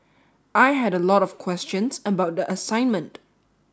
I had a lot of questions about the assignment